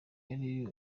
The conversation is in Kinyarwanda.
yari